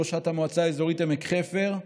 ראשת המועצה האזורית עמק חפר,